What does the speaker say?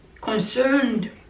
Concerned